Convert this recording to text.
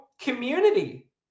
community